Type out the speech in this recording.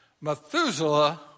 Methuselah